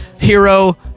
hero